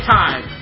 time